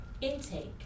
intake